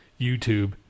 YouTube